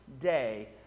day